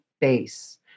base